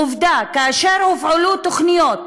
עובדה, כאשר הופעלו תוכניות